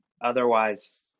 Otherwise